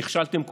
נכשלתם כולכם.